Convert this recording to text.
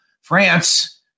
France